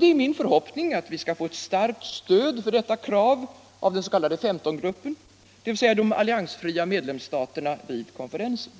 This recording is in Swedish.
Det är min förhoppning att vi skall få starkt stöd för detta krav av den s.k. I5-gruppen, dvs. de alliansfria medlemsstaterna vid konferensen.